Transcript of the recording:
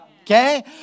okay